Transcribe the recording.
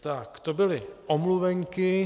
Tak, to byly omluvenky.